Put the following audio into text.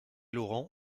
laurent